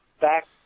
Back